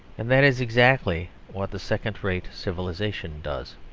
and that is exactly what the second-rate civilisation does.